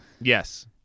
Yes